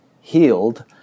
healed